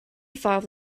five